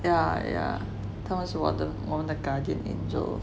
yeah yeah 他们是我的我们的 guardian angel